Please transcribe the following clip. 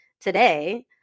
today –